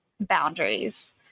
boundaries